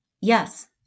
yes